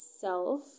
self